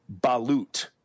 balut